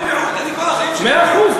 אני כל החיים שלי במיעוט,